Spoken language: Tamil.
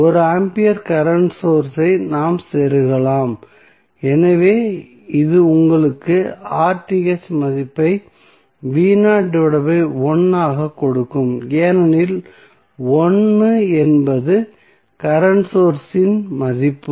1 ஆம்பியர் கரண்ட் சோர்ஸ் ஐ நாம் செருகலாம் எனவே இது உங்களுக்கு மதிப்பை ஆக கொடுக்கும் ஏனெனில் 1 என்பது கரண்ட் சோர்ஸ் இன் மதிப்பு